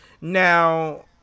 Now